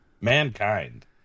Mankind